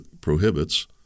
prohibits